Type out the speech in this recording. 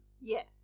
Yes